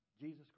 Jesus